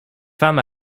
femme